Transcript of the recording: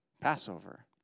Passover